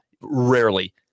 Rarely